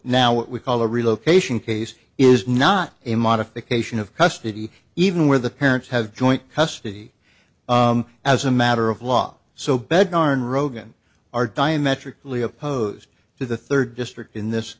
what we call a relocation case is not a modification of custody even where the parents have joint custody as a matter of law so bad garn rogan are diametrically opposed to the third district in this